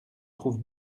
trouve